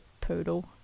poodle